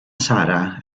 sara